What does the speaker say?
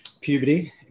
puberty